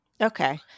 Okay